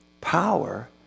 Power